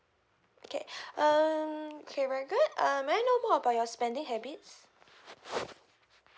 okay um okay very good uh may I know about your spending habits